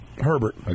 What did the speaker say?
Herbert